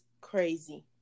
crazy